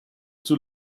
too